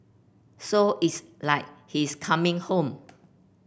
so it's like he's coming home